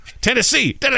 Tennessee